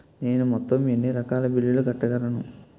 నేను మొత్తం ఎన్ని రకాల బిల్లులు కట్టగలను?